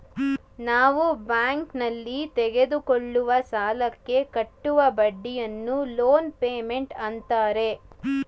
ನಾವು ಬ್ಯಾಂಕ್ನಲ್ಲಿ ತೆಗೆದುಕೊಳ್ಳುವ ಸಾಲಕ್ಕೆ ಕಟ್ಟುವ ಬಡ್ಡಿಯನ್ನು ಲೋನ್ ಪೇಮೆಂಟ್ ಅಂತಾರೆ